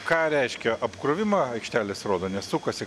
ką reiškia apkrovimą aikštelės rodo nes sukasi